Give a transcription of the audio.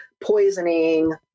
poisoning